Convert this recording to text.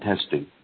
testing